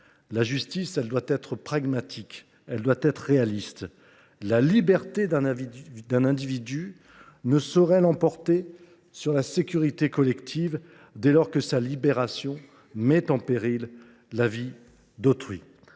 La justice doit être pragmatique et réaliste. La liberté d’un individu ne saurait l’emporter sur la sécurité collective, dès lors que la libération de ce dernier met en péril la vie d’autrui.